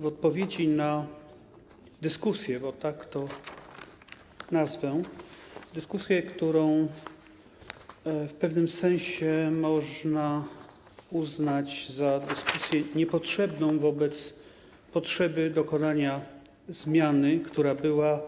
W odpowiedzi na dyskusję, bo tak to nazwę, dyskusję, którą w pewnym sensie można uznać za dyskusję niepotrzebną wobec potrzeby dokonania zmiany, która była